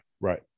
Right